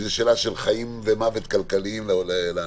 שזו שאלה של חיים ומוות כלכליים לאנשים.